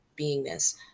beingness